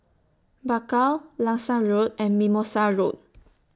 Bakau Langsat Road and Mimosa Road